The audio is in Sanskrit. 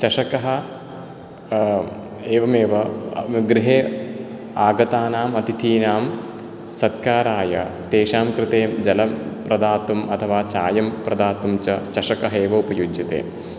चषकः एवमेव गृहे आगतानाम् अतिथीनां सत्काराय तेषां कृते जलं प्रदातुम् अथवा चायं प्रदातुं च चषकः एव उपयुज्यते